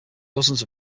dozens